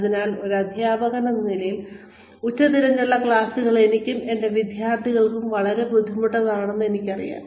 അതിനാൽ ഒരു അധ്യാപകനെന്ന നിലയിൽ ഉച്ചതിരിഞ്ഞുള്ള ക്ലാസുകൾ എനിക്കും എന്റെ വിദ്യാർത്ഥികൾക്കും വളരെ ബുദ്ധിമുട്ടാണെന്ന് എനിക്കറിയാം